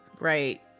Right